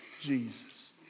Jesus